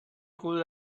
could